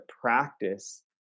practice